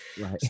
Right